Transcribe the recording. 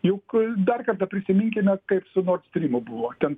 juk dar kartą prisiminkime kaip su nord strymu buvo ten